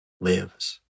lives